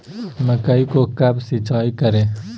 मकई को कब सिंचाई करे?